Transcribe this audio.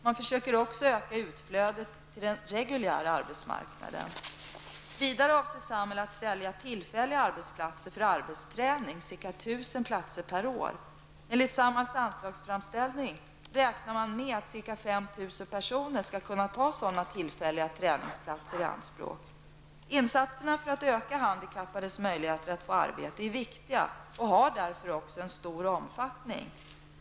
Man försöker också öka utflödet till den reguljära arbetsmarknaden. Vidare avser Samhall att sälja tillfälliga arbetsplatser för arbetsträning, ca 1 000 platser per år. Enligt Samhalls anslagsframställning räknar man med att ca 5 000 personer skall kunna ta sådana tillfälliga träningsplatser i anspråk. Insatserna för att öka handikappades möjligheter att få arbete är viktiga och har därför också en stor omfattning.